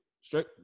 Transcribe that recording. straight